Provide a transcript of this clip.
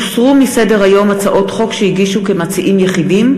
הוסרו מסדר-היום הצעות חוק שהם הגישו כמציעים יחידים,